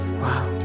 Wow